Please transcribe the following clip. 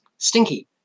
Stinky